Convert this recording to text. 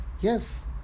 Yes